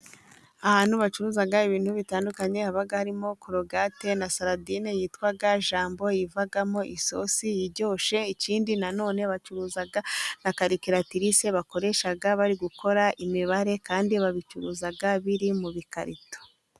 Ahantu bacuruza ibintu bitandukanye, haba harimo korogate na saradine yitwa Jambo, ivamo isosi iryoshye, ikindi nanone bacuruza na karikiratirise bakoresha bari gukora imibare, kandi babicuruza biri mu bikarito.